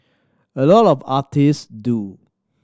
a lot of artist do